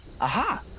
Aha